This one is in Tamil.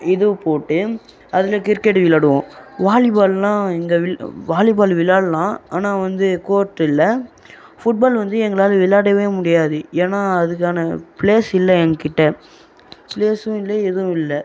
இது போட்டு அதில் கிரிக்கெட் விளாடுவோம் வாலிபால்லாம் இங்கே விள் வாலிபால் விளாடலாம் ஆனால் வந்து கோர்ட் இல்லை ஃபுட்பால் வந்து எங்களால் விளாடவே முடியாது ஏன்னா அதற்கான பிளேஸ் இல்லை எங்கள்கிட்ட பிளேஸும் எதுவும் இல்லை